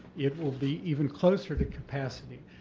it will be even closer to capacity.